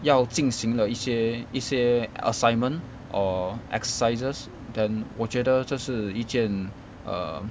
要进行了一些一些 assignment or exercises then 我觉得这是一件 err